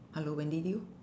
hello wendy do you